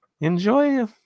Enjoy